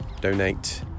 donate